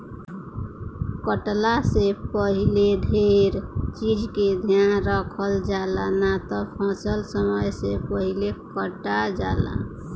कटला से पहिले ढेर चीज के ध्यान रखल जाला, ना त फसल समय से पहिले कटा जाला